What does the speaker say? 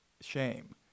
shame